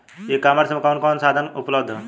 ई कॉमर्स में कवन कवन साधन उपलब्ध ह?